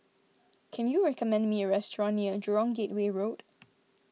can you recommend me a restaurant near Jurong Gateway Road